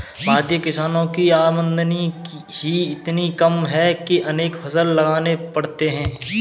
भारतीय किसानों की आमदनी ही इतनी कम है कि अनेक फसल लगाने पड़ते हैं